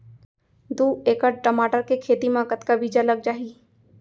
दू एकड़ टमाटर के खेती मा कतका बीजा लग जाही?